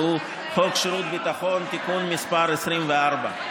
והוא חוק שירות ביטחון (תיקון מס' 24),